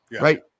right